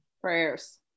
Prayers